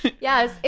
Yes